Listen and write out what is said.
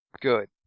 Good